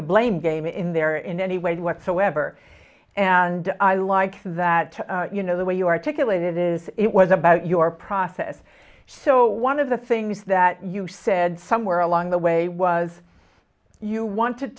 the blame game in there in any way whatsoever and i like that you know the way you articulate it is it was about your process so one of the things that you said somewhere along the way was you wanted